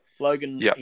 Logan